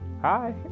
hi